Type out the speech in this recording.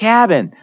Cabin